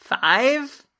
five